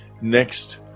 next